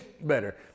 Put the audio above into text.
better